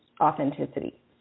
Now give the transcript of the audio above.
authenticity